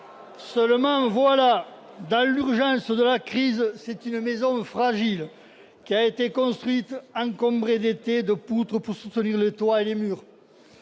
Seulement voilà, dans l'urgence de la crise, c'est une maison fragile qui a été construite, encombrée d'étais et de poutres pour soutenir le toit et les murs.